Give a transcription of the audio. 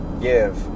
give